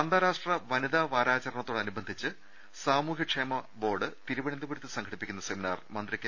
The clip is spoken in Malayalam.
അന്താരാഷ്ട്ര വനിതാ വാരാചരണത്തോടനുബന്ധിച്ച് സാമൂഹ്യക്ഷേമ ബോർഡ് തിരുവനന്തപുരത്ത് സംഘടിപ്പിക്കുന്ന സെമിനാർ മന്ത്രി കെ